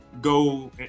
go